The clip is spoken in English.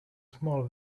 small